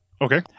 Okay